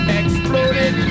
exploded